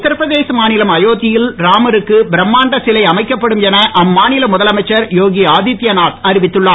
உத்திரப்பிரதேச மாநிலம் அயோத்தியில் ராமருக்கு பிரமாண்ட சிலை அமைக்கப்படும் என அம்மாநில முதலமைச்சர் யோகி ஆதித்தியநாத் அறிவித்துள்ளார்